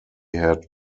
had